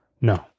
No